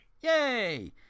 Yay